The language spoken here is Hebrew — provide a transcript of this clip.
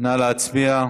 נא להצביע.